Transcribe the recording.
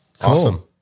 Awesome